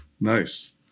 nice